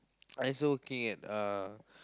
I also working at uh